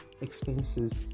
expenses